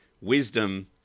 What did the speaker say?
Wisdom